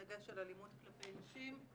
בדגש על אלימות כלפי נשים.